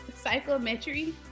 psychometry